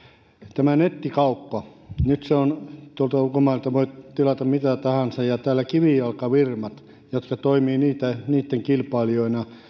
tämä nettikauppa nyt kun tuolta ulkomailta voi tilata mitä tahansa ja täällä kivijalkafirmat jotka toimivat niitten niitten kilpailijoina